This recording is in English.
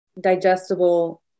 digestible